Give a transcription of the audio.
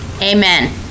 Amen